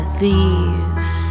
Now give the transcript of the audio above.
thieves